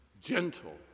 gentle